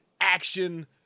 action